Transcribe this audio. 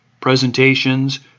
presentations